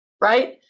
Right